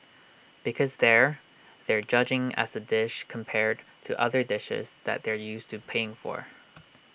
because there they're judging as A dish compared to other dishes that they're used to paying for